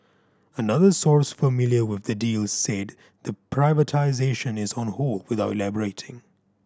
another source familiar with the deal said the privatisation is on hold without elaborating